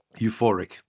Euphoric